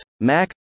Mac